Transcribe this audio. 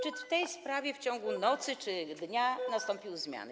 Czy w tej sprawie w ciągu nocy czy dnia nastąpiły zmiany?